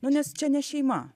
nu nes čia ne šeima